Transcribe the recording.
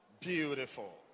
Beautiful